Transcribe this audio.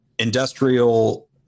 industrial